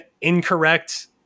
incorrect